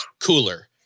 cooler